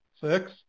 Six